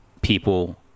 people